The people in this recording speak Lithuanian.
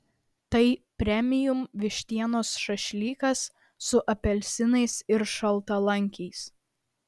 tai premium vištienos šašlykas su apelsinais ir šaltalankiais